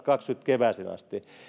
kevääseen kaksituhattakaksikymmentä asti